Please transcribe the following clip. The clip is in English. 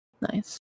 Nice